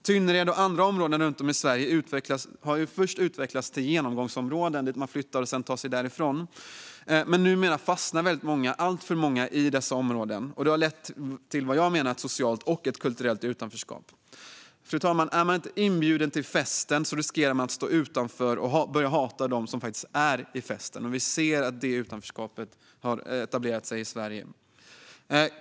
Tynnered och andra områden runt om i Sverige utvecklades först till genomgångsområden dit man flyttar för att sedan ta sig därifrån. Men numera fastnar många, alltför många, i dessa områden, och det har lett till vad jag menar är ett socialt och kulturellt utanförskap. Fru talman! Är man inte inbjuden till festen riskerar man att stå utanför och börja hata dem som är på festen. Vi ser att det utanförskapet har etablerat sig i Sverige.